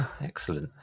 Excellent